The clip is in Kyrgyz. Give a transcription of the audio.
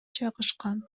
жайгашкан